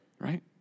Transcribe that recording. right